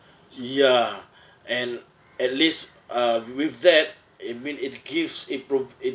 ya and at least uh with that it mean it gives it prov~ it